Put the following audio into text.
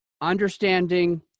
understanding